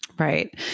Right